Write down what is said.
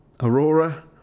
Aurora